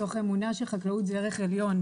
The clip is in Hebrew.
מתוך אמונה שחקלאות היא ערך עליון.